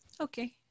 Okay